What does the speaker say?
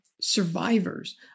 survivors